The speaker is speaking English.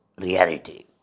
reality